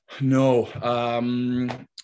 No